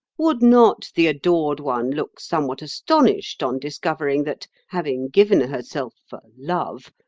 would not the adored one look somewhat astonished on discovering that, having given herself for love,